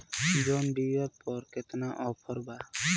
John Deere पर केतना offer बा?